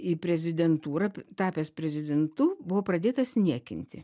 į prezidentūrą tapęs prezidentu buvo pradėtas niekinti